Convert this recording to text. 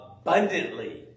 Abundantly